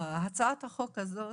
הצעת החוק הזאת,